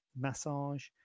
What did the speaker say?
massage